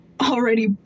already